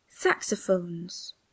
Saxophones